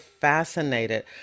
fascinated